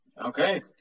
Okay